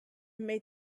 may